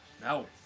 No